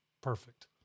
perfect